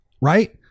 right